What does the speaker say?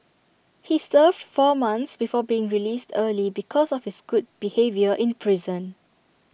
he served four months before being released early because of his good behaviour in prison